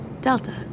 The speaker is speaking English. Delta